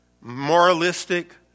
moralistic